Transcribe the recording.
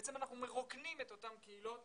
ובעצם אנחנו מרוקנים את אותן קהילות